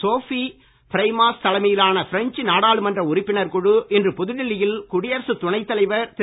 Sophie Primas தலைமையிலான French நாடாளுமன்ற உறுப்பினர் குழு இன்று புதுடெல்லியில் குடியரசுத் துணைத் தலைவர் திரு